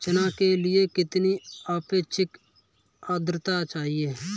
चना के लिए कितनी आपेक्षिक आद्रता चाहिए?